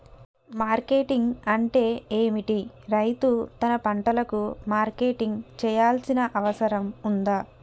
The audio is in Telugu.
మార్కెటింగ్ అంటే ఏమిటి? రైతు తన పంటలకు మార్కెటింగ్ చేయాల్సిన అవసరం ఉందా?